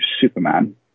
Superman